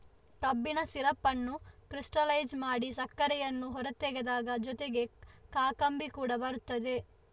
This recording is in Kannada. ಕಬ್ಬಿನ ಸಿರಪ್ ಅನ್ನು ಕ್ರಿಸ್ಟಲೈಜ್ ಮಾಡಿ ಸಕ್ಕರೆಯನ್ನು ಹೊರತೆಗೆದಾಗ ಜೊತೆಗೆ ಕಾಕಂಬಿ ಕೂಡ ಬರುತ್ತದೆ